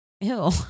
Ew